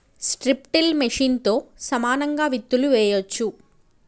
strip till మెషిన్తో సమానంగా విత్తులు వేయొచ్చు